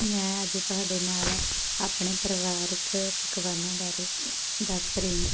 ਮੈਂ ਅੱਜ ਤੁਹਾਡੇ ਨਾਲ ਆਪਣੇ ਪਰਿਵਾਰਕ ਪਕਵਾਨਾਂ ਬਾਰੇ ਦੱਸ ਰਹੀ ਹਾਂ